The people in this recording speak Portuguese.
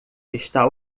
está